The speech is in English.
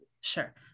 Sure